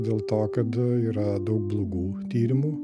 dėl to kad yra daug blogų tyrimų